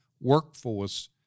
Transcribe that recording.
workforce